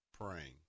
praying